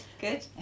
good